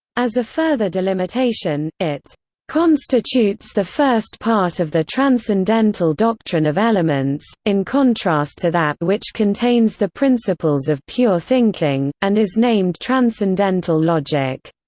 as a further delimitation, it constitutes the first part of the transcendental doctrine of elements, in contrast to that which contains the principles of pure thinking, and is named transcendental logic.